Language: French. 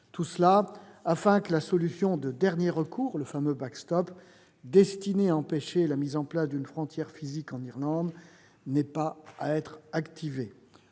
2020, afin que la solution de dernier recours, le fameux, destinée à empêcher la mise en place d'une frontière physique en Irlande, n'ait pas à être activée.